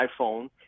iPhone